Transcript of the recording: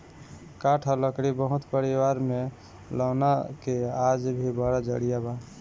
काठ आ लकड़ी बहुत परिवार में लौना के आज भी बड़ा जरिया बा